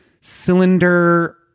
cylinder